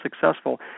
successful